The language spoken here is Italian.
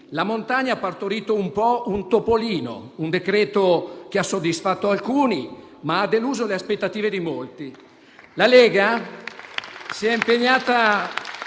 la montagna ha partorito un po' un topolino, un provvedimento che ha soddisfatto alcuni, ma ha deluso le aspettative di molti.